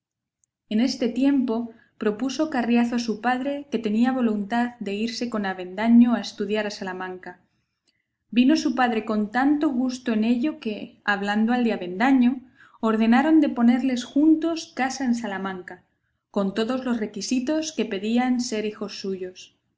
en este tiempo propuso carriazo a su padre que tenía voluntad de irse con avendaño a estudiar a salamanca vino su padre con tanto gusto en ello que hablando al de avendaño ordenaron de ponerles juntos casa en salamanca con todos los requisitos que pedían ser hijos suyos